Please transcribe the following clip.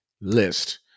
list